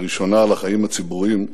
הראשונה, לחיים הציבוריים,